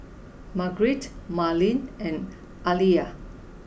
Margrett Marlene and Aliyah